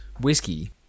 whiskey